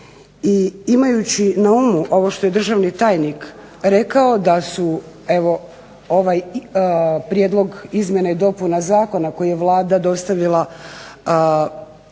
I imajući na umu ovo što je državni tajnik rekao da su evo ovaj prijedlog izmjena i dopuna zakona koji je Vlada dostavila